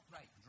Right